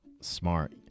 smart